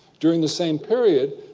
during the same period,